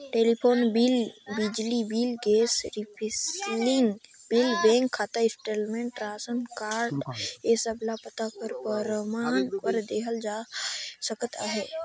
telephone bill, बिजली bill, gas refilling bill, bank खाता statement, रासन कारड ए सब ल पता कर परमान बर देहल जाए सकत अहे